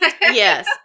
Yes